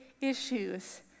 issues